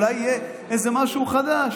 אולי יהיה איזה משהו חדש.